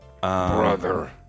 brother